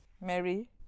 mary